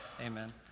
Amen